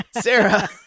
Sarah